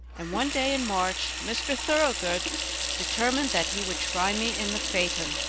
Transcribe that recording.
and one day in march mr. thoroughgood determined that he would try me in the phaeton.